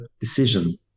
decision